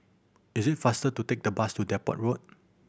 is it faster to take the bus to Depot Road